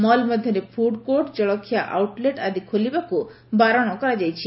mall ମଧ୍ଧରେ food court ଜଳଖିଆ outlet ଆଦି ଖୋଲିବାକୁ ବାରଣ କରାଯାଇଛି